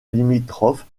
limitrophes